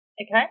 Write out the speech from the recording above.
Okay